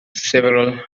several